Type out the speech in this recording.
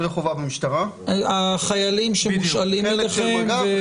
החיילים שמושאלים אליכם.